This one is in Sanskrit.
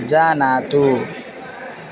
जानातु